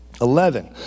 Eleven